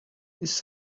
this